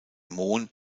mon